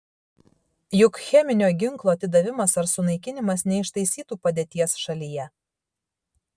juk cheminio ginklo atidavimas ar sunaikinimas neištaisytų padėties šalyje